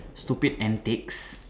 stupid antics